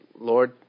Lord